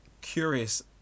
Curious